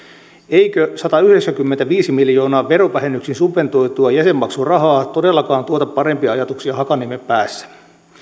eikö satayhdeksänkymmentäviisi miljoonaa verovähennyksiin subventoitua jäsenmaksurahaa todellakaan tuota parempia ajatuksia hakaniemen päässä